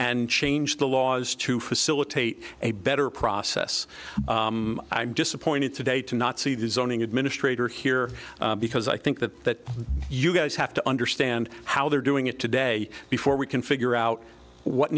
and change the laws to facilitate a better process i'm disappointed today to not see the zoning administrator here because i think that you guys have to understand how they're doing it today before we can figure out what